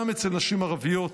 גם אצל נשים ערביות,